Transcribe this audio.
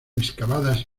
excavadas